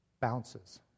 bounces